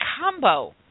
combo